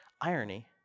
irony